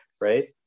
right